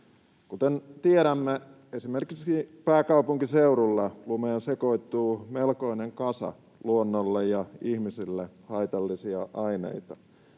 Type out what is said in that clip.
Kuten tiedämme, esimerkiksi pääkaupunkiseudulla lumeen sekoittuu melkoinen kasa luonnolle ja ihmisille haitallisia aineita.